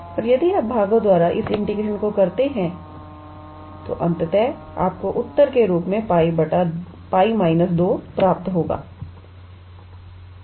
और यदि आप भागों द्वारा इस इंटीग्रेशन को करते हैं तो अंततः आपको उत्तर के रूप में 𝜋 − 2 प्राप्त होगा